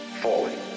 falling